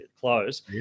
close